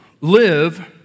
live